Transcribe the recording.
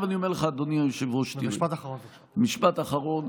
עכשיו אני אומר לך, אדוני היושב-ראש, משפט אחרון.